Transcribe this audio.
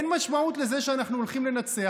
אין משמעות לזה שאנחנו הולכים לנצח.